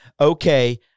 okay